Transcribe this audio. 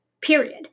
period